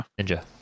Ninja